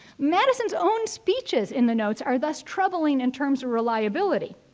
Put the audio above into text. madison's own speeches in the notes are thus troubling in terms of reliability.